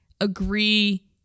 agree